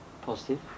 Positive